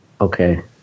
Okay